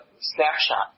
snapshot